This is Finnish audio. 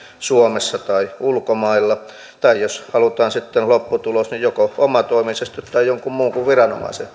suomessa tai ulkomailla tai jos halutaan sitten lopputulos niin joko omatoimisesti tai jonkun muun kuin viranomaisen